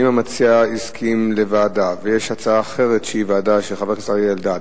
אם המציע הסכים לוועדה ויש הצעה אחרת של חבר הכנסת אלדד,